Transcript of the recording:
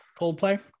Coldplay